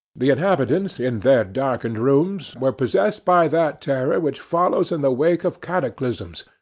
the inhabitants, in their darkened rooms, were possessed by that terror which follows in the wake of cataclysms,